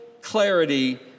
clarity